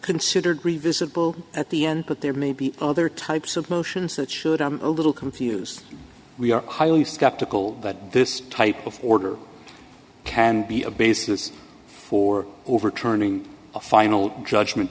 considered really visible at the end but there may be other types of motions that should i'm a little confused we are highly skeptical that this type of order can be a basis for overturning a final judgment